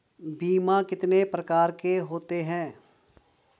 बीमा कितने प्रकार के होते हैं?